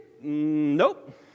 Nope